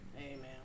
Amen